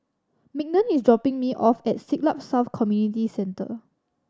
Mignon is dropping me off at Siglap South Community Centre